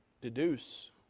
deduce